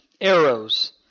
arrows